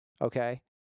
okay